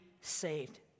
saved